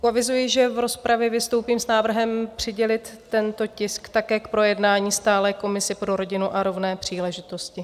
Avizuji, že v rozpravě vystoupím s návrhem přidělit tento tisk také k projednání stálé komisi pro rodinu a rovné příležitosti.